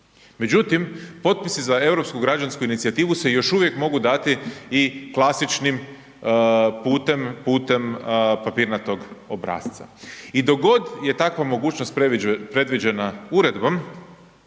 Međutim, potpisi za europsku građansku inicijativu se još uvijek mogu dati i klasičnim putem, putem papirnatog obrasca i dok je takva mogućnost predviđena uredbom,